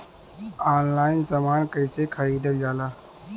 Online समान कैसे खरीदल जाला?